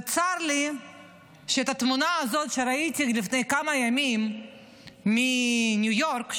צר לי שאת התמונה הזאת שראיתי לפני כמה ימים מניו יורק,